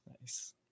Nice